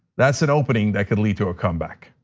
that's an opening that could lead to a comeback.